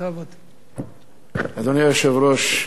שנייה ושלישית.